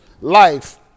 life